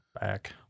back